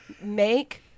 Make